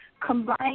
combine